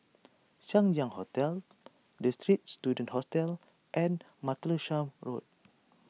Chang Ziang Hotel the Straits Students Hostel and Martlesham Road